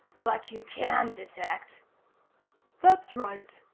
but you can detect that's right,